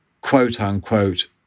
quote-unquote